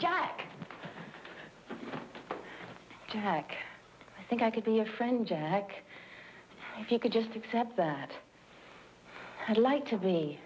jack jack i think i could be a friend jack if you could just accept that i'd like to be